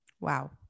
Wow